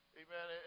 amen